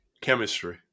chemistry